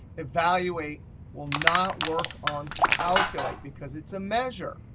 evaluate will not work on calculate because it's a measure.